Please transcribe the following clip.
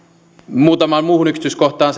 muutamaan muuhun yksityiskohtaan